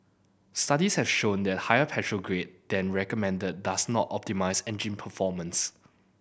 studies have shown that using a higher petrol grade than recommended does not optimise engine performance